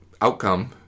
outcome